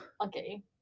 Okay